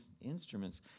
instruments